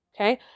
okay